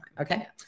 Okay